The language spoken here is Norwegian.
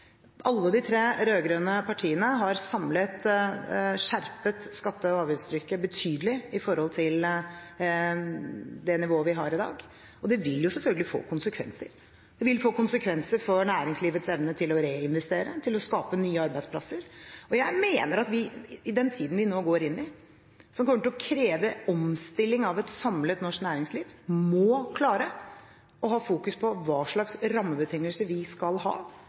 Alle de tre rød-grønne partiene har skjerpet skatte- og avgiftstrykket betydelig i forhold til det nivået vi har i dag, og det vil jo selvfølgelig få konsekvenser – det vil få konsekvenser for næringslivets evne til å reinvestere og til å skape nye arbeidsplasser. Jeg mener at vi i den tiden vi nå går inn i, som kommer til å kreve omstilling av et samlet norsk næringsliv, må klare å ha fokus på hvilke rammebetingelser vi skal ha